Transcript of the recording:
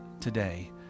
today